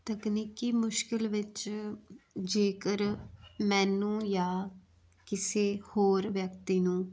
ਤਕਨੀਕੀ ਮੁਸ਼ਕਿਲ ਵਿੱਚ ਜੇਕਰ ਮੈਨੂੰ ਜਾਂ ਕਿਸੇ ਹੋਰ ਵਿਅਕਤੀ ਨੂੰ